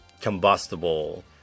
combustible